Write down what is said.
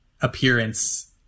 appearance